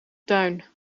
tuin